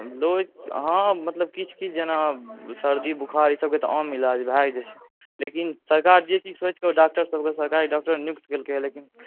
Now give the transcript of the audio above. हँ मतलब किछु किछु जेना सर्दी बुखार ई सबके तऽ आम इलाज भए जाइत छै लेकिन सरकार जे चीज सोचिके डॉक्टर सबकेँ सरकारी डॉक्टर नियुक्त कयलकै हँ लेकिन